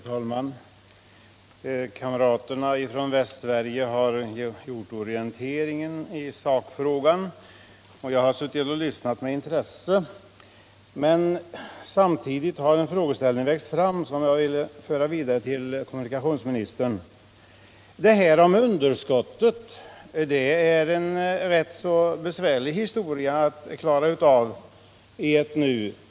Herr talman! Kamraterna från Västsverige har lämnat en orientering i sakfrågan, och jag har med intresse lyssnat på dem, men samtidigt har en frågeställning växt fram, som jag vill föra vidare till kommunikationsministern. Frågan om underskott är rätt besvärlig att reda ut.